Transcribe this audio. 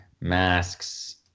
masks